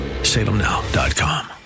Salemnow.com